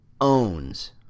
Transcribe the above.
owns